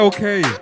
Okay